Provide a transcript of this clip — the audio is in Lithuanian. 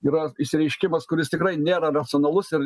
yra išsireiškimas kuris tikrai nėra racionalus ir